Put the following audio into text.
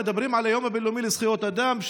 מדברים על היום הבין-לאומי לזכויות אדם,